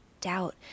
doubt